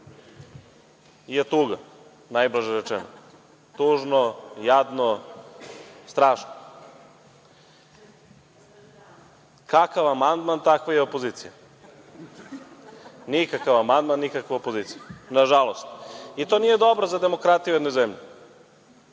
je tuga, najblaže rečeno. Tužno, jadno, strašno. Kakav amandman, takva i opozicija. Nikakav amandman, nikakva opozicija, nažalost. To nije dobro za demokratiju jedne zemlje.